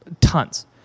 Tons